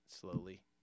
slowly